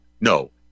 No